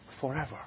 forever